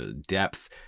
depth